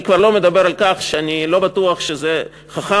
אני כבר לא מדבר על כך שאני לא בטוח שזה חכם,